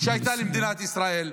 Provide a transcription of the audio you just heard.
שהייתה למדינת ישראל,